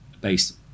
based